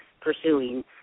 pursuing